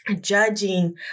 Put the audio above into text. judging